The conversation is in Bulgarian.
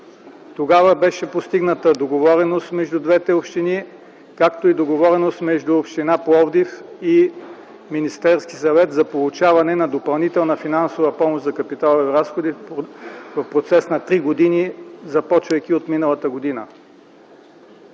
Тогава беше постигната договореност между двете общини, както и договореност между община Пловдив и Министерския съвет за получаване на допълнителна финансова помощ за капиталови разходи в продължение на три години, започвайки от миналата година.